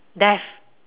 death